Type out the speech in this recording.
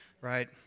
right